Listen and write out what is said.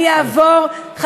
אתם רוצים את כל העוגה.